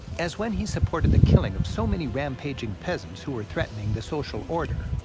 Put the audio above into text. as when he supported the killing of so many rampaging peasants who were threatening the social order.